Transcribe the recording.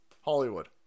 Hollywood